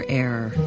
error